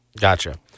Gotcha